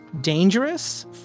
dangerous